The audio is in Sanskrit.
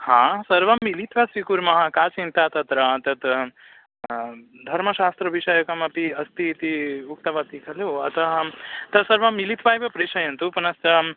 हा सर्वं मिलित्वा स्वीकुर्मः का चिन्ता तत्र तत् धर्मशास्त्रविषयकम् अपि अस्ति इति उक्तमस्ति खलु अतः हां तत्सर्वं मिलित्वा एव प्रेषयन्तु पुनश्च